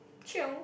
chiong